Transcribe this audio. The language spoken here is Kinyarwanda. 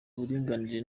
uburinganire